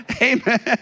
Amen